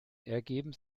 ergeben